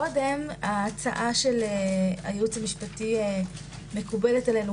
ההצעה של הייעוץ המשפטי מקובלת עלינו,